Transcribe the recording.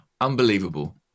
unbelievable